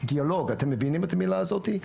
אתם מבינים את המילה הזאת,